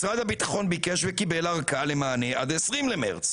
משרד הביטחון ביקש וקיבל ארכה למענה עד 20 למרץ,